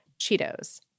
Cheetos